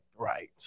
Right